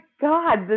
God